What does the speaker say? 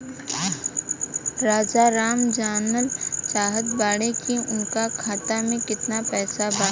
राजाराम जानल चाहत बड़े की उनका खाता में कितना पैसा बा?